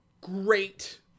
great